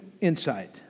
insight